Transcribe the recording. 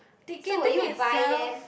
ticketing itself